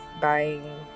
buying